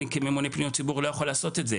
אני כממונה פניות ציבור לא יכול לעשות את זה.